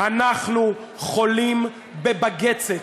אנחנו חולים בבגצת,